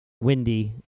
windy